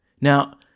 Now